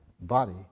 body